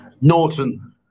Norton